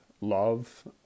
love